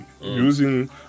using